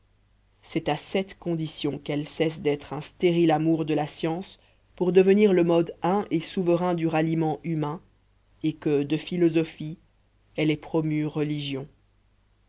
c'est à cette condition qu'elle cesse d'être un stérile amour de la science pour devenir le mode un et souverain du ralliement humain et que de philosophie elle est promue religion